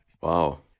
Wow